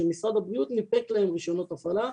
שמשרד הבריאות ניפק להם רישיונות הפעלה,